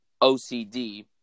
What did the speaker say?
OCD